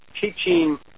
teaching